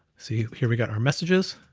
see here we got our messages,